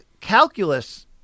calculus